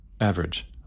Average